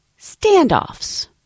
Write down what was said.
standoffs